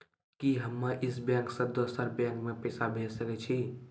कि हम्मे इस बैंक सें दोसर बैंक मे पैसा भेज सकै छी?